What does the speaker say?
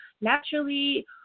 naturally